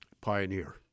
pioneer